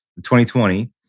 2020